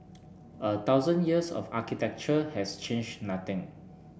a thousand years of architecture has changed nothing